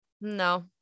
No